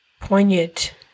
poignant